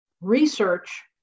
Research